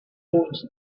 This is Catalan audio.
punts